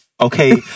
okay